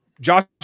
Josh